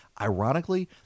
Ironically